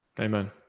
Amen